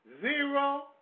Zero